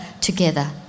together